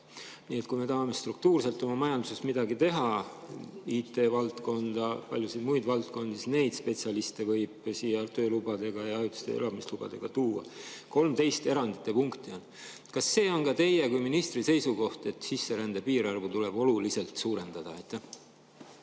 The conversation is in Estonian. Nii et kui me tahame struktuurselt oma majanduses midagi teha, IT-valdkonda, paljusid muid valdkondi [arendada], siis neid spetsialiste võib siia töölubadega ja ajutiste elamislubadega tuua. 13 erandite punkti on. Kas see on teie kui ministri seisukoht, et sisserände piirarvu tuleb oluliselt suurendada?